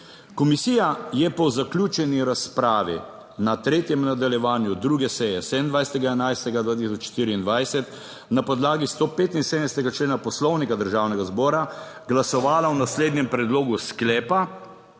Komisija je po zaključeni razpravi na 3. nadaljevanju 2. seje 27. 11. 2024 na podlagi 175. člena Poslovnika Državnega zbora glasovala o naslednjem predlogu sklepa: